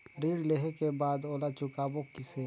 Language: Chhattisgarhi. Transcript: ऋण लेहें के बाद ओला चुकाबो किसे?